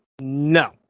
no